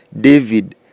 David